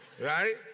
right